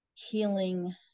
healing